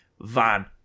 Van